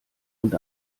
und